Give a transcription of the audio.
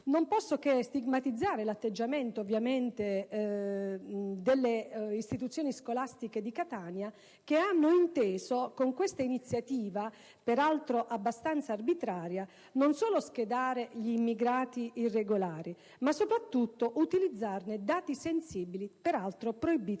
non posso che stigmatizzare l'atteggiamento delle istituzioni scolastiche di Catania, che hanno inteso con questa iniziativa, peraltro abbastanza arbitraria, non solo schedare gli immigrati irregolari, ma soprattutto utilizzarne dati sensibili, cosa peraltro proibita